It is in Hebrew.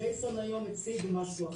ג'ייסון היום הציג משהו אחר,